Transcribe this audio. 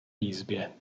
jizbě